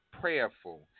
prayerful